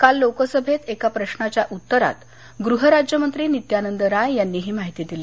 काल लोकसभेत एका प्रशाच्या उत्तरात गृहराज्यमंत्री नित्यानंद राय यांनी ही माहिती दिली